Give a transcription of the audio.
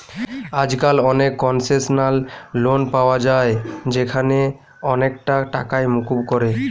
আজকাল অনেক concessional loan পায়া যায় যেখানে অনেকটা টাকাই মুকুব করে